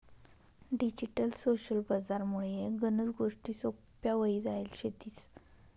digital social बजार मुळे गनच गोष्टी सोप्प्या व्हई जायल शेतीस